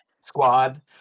squad